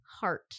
heart